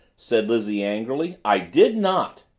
said lizzie angrily. i did not!